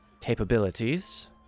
capabilities